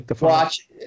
Watch